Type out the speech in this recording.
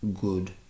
good